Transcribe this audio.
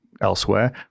elsewhere